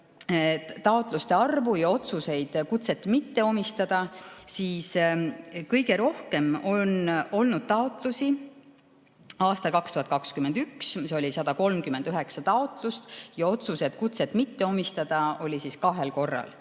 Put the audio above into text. taotluste arvu ja otsuseid kutset mitte omistada, siis kõige rohkem oli taotlusi aastal 2021, kui oli 139 taotlust, ja otsuseid kutset mitte omistada tehti kahel korral,